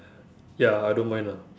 ya I don't mind ah